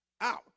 out